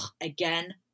again